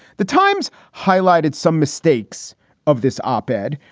the times highlighted some mistakes of this op ed,